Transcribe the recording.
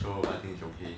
so I think it's okay